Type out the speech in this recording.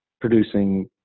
producing